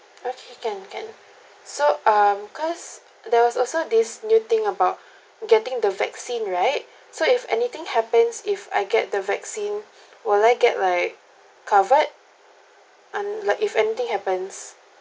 okay can can so um because there was also this new thing about getting the vaccine right so if anything happens if I get the vaccine will I get like covered un~ like if anything happens